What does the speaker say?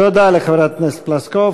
תודה לחברת הכנסת פלוסקוב.